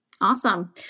Awesome